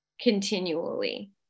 continually